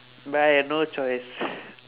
but I had no choice